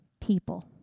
People